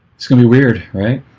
it's gonna be weird, right